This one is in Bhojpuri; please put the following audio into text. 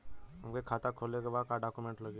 हमके खाता खोले के बा का डॉक्यूमेंट लगी?